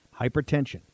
Hypertension